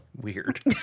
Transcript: weird